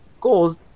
goals